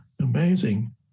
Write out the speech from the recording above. Amazing